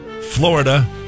Florida